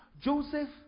Joseph